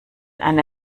eine